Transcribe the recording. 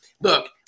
look